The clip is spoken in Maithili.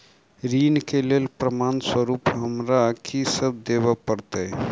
ऋण केँ लेल प्रमाण स्वरूप हमरा की सब देब पड़तय?